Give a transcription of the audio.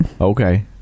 Okay